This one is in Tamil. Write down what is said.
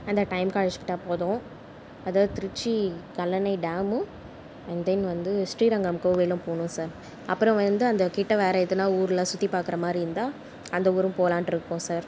அந்த டைமுக்கு அழைச்சுக்கிட்டா போதும் அதாவது திருச்சி கல்லணை டேமும் அண்ட் தென் வந்து ஸ்ரீரங்கம் கோவிலும் போகணும் சார் அப்புறம் வந்து அந்த கிட்டே வேறு எதுனால் ஊரெலாம் சுற்றி பார்க்குற மாதிரி இருந்தால் அந்த ஊரும் போகலான்ட்டு இருக்கோம் சார்